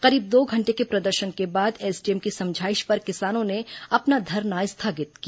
करीब दो घंटे के प्रदर्शन के बाद एसडीएम की समझाइश पर किसानों ने अपना धरना स्थगित किया